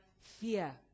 fear